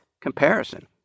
comparison